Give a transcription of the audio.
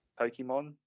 pokemon